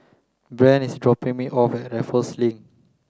Brandt is dropping me off at Raffles Link